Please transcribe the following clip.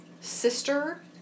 sister